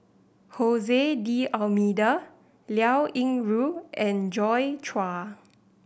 D'Almeida Liao Yingru and Joi Chua